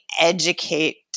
educate